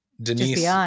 Denise